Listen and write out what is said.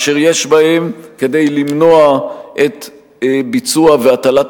אשר יש בהם כדי למנוע את ביצוע והטלת